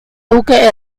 duque